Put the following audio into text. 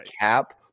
cap